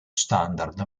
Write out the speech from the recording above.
standard